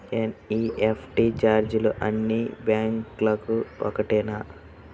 NEFT ఛార్జీలు అన్నీ బ్యాంక్లకూ ఒకటేనా?